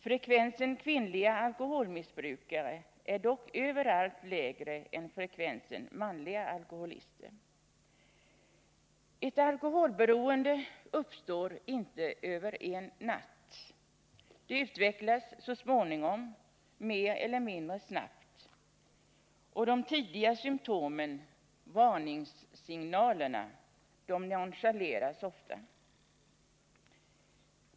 Frekvensen kvinnliga alkoholmissbrukare är dock överallt lägre än frekvensen manliga alkoholister. Ett alkoholberoende uppstår inte över en natt. Det utvecklas så småningom mer eller mindre snabbt. De tidiga symtomen — varningssignalerna — nonchaleras ofta.